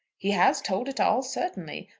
he has told it all, certainly.